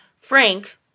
Frank